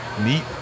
neat